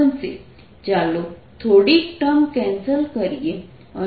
ચાલો થોડીક term cancel કરીએ